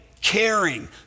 caring